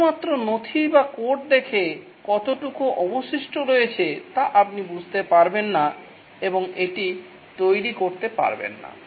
কেবলমাত্র নথি বা কোড দেখে কতটুকু অবশিষ্ট রয়েছে তা আপনি বুঝতে পারবেন না এবং এটি তৈরি করতে পারবেন না